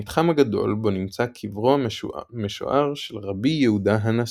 המתחם הגדול בו נמצא קברו המשוער של רבי יהודה הנשיא.